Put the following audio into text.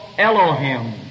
Elohim